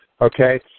okay